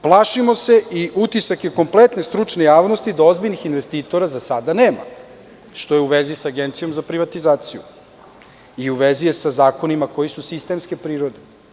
Plašimo se i utisak je kompletne stručne javnosti da ozbiljnih investitora za sada nema, što je u vezi sa Agencijom za privatizaciju i u vezi je sa zakonima koji su sistemske prirode.